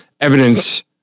evidence